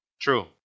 True